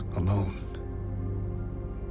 alone